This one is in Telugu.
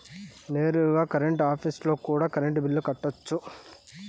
నేరుగా కరెంట్ ఆఫీస్లో కూడా కరెంటు బిల్లులు కట్టొచ్చు